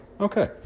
Okay